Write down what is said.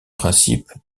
principe